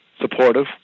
supportive